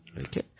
Okay